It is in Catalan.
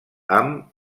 amb